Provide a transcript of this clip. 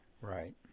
right